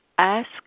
ask